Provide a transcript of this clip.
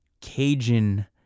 Cajun